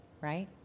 right